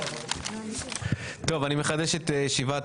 זה רק